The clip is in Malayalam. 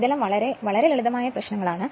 ഈ പ്രശ്നങ്ങൾ വളരെ ലളിതമായ പ്രശ്നങ്ങളാണ്